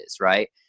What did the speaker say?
right